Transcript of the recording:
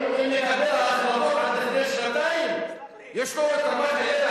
אם מקבל החלטות עד לפני שנתיים יש לו רמת הידע